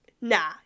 nah